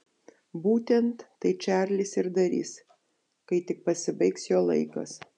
būtent tai čarlis ir darys kai tik pasibaigs jo laikas